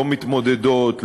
לא מתמודדות,